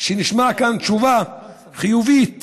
שנשמע כאן תשובה חיובית,